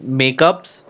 makeups